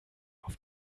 auf